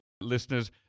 Listeners